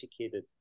educated